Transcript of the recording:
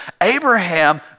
Abraham